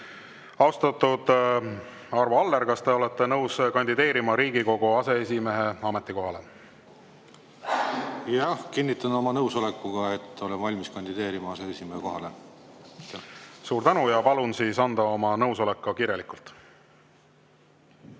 Austatud Arvo Aller, kas te olete nõus kandideerima Riigikogu aseesimehe ametikohale? Jah, kinnitan oma nõusolekuga, et olen valmis kandideerima aseesimehe kohale. Jah, kinnitan oma nõusolekuga, et